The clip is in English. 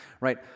right